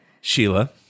Sheila